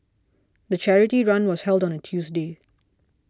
the charity run was held on a Tuesday